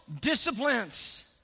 disciplines